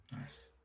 nice